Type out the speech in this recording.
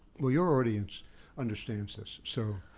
well your audience understands this, so.